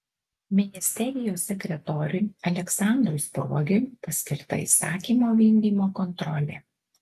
ministerijos sekretoriui aleksandrui spruogiui paskirta įsakymo vykdymo kontrolė